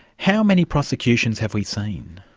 how many prosecutions have we seen?